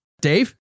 Dave